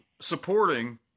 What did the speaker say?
supporting